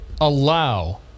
allow